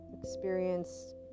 experience